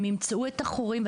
הם ימצאו את החורים,